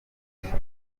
rwanda